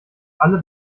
alle